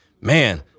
man